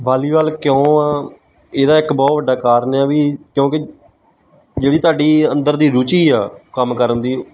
volleyball ਕਿਉਂ ਆ ਇਹਦਾ ਇੱਕ ਬਹੁਤ ਵੱਡਾ ਕਾਰਨ ਆ ਵੀ ਕਿਉਂਕਿ ਜਿਹੜੀ ਤੁਹਾਡੀ ਅੰਦਰ ਦੀ ਰੁਚੀ ਆ ਕੰਮ ਕਰਨ ਦੀ